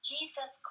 Jesus